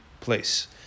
place